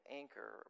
anchor